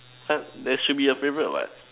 some there should be a favourite what